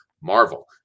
marvel